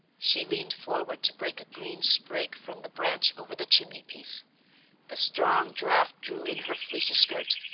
she leaned forward to break a green sprig from the branch over the chimneypiece the strong draft drew in her fleecy skirt,